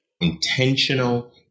Intentional